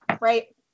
right